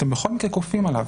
אתם בכל מקרה כופים אליו.